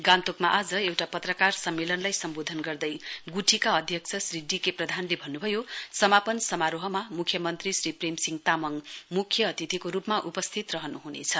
गान्तोकमा आज एउटा पत्रकार सम्मेलनलाई सम्बोधन गर्दै गुठीका अध्यक्ष श्री डीके प्रधानले भन्नु भयो समापन समारोहमा मुख्यमन्त्री श्री प्रेम सिंह तामाङ मुख्य अतिथिको रूपमा उपस्थित रहनुहुनेछ